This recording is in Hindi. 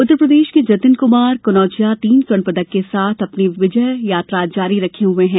उत्तरप्रदेश के जतिन कुमार कनौजिया तीन स्वर्ण पदक के साथ अपनी विजय यात्रा जारी रखे हुए हैं